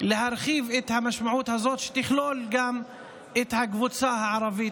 להרחיב את המשמעות הזאת כך שתכלול גם את הקבוצה הערבית,